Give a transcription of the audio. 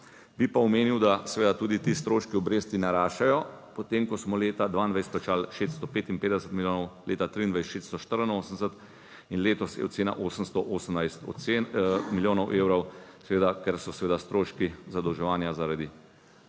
Bi pa omenil, da seveda tudi ti stroški obresti naraščajo. Potem ko smo leta 2022 plačali 655 milijonov, leta 2023 684 in letos je ocena 818 milijonov evrov, seveda, ker so seveda stroški zadolževanja zaradi